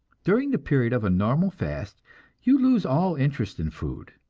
during the period of a normal fast you lose all interest in food.